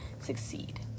succeed